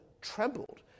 trembled